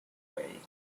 ray